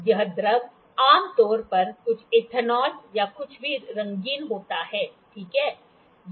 यह द्रव आम तौर पर कुछ इथेनॉल या कुछ भी रंगीन होता है ठीक है